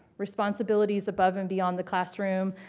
responsibilities above and beyond the classroom,